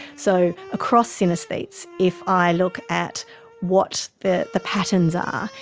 so across synaesthetes, if i look at what the the patterns are,